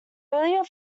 earlier